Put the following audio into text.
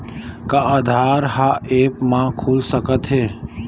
का आधार ह ऐप म खुल सकत हे?